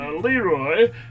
Leroy